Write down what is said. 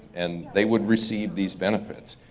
and they would receive these benefits.